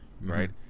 right